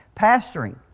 Pastoring